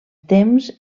temps